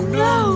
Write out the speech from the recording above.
no